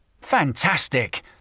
Fantastic